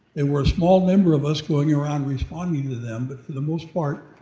and were a small number of us going around responding to them, but for the most part,